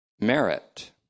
merit